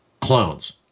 clones